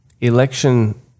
election